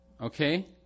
Okay